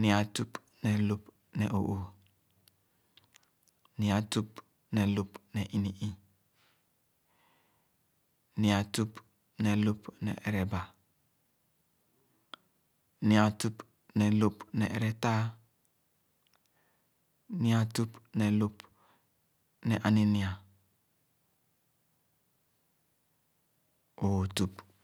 nyi-a tüp ne lõp ne oõõh, nyi-a tüp ne lõp ne ini-ii, nyi-a tüp ne lõp ne-ereba, nyi-a tüp ne eretaa, nyi-a tüp ne lop ne aninyia, õõh-tüp